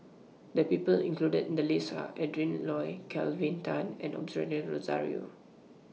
The People included in The list Are Adrin Loi Kelvin Tan and Osbert Rozario